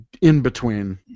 in-between